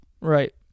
Right